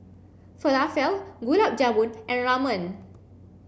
Falafel Gulab Jamun and Ramen